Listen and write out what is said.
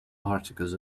particles